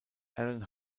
alan